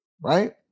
right